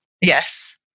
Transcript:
Yes